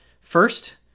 First